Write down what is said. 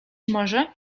może